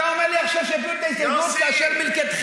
אתה אומר לי עכשיו שיפילו את ההסתייגות כאשר מלכתחילה,